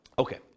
Okay